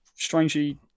Strangely